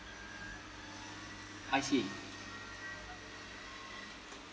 I see